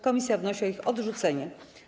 Komisja wnosi o ich odrzucenie.